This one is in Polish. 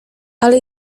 ale